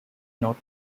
not